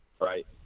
right